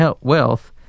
wealth